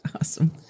Awesome